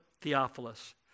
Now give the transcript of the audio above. Theophilus